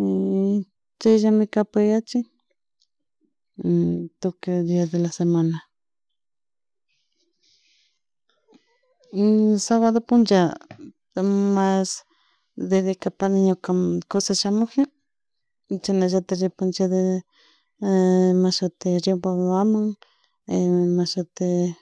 chayllami kapak yachin tukuy dias de la semana sabado punlla, mas dedicapani ñuka kusa shamuji chashallatik ripanchik riobambaman mashuti